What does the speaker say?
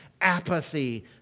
apathy